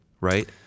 right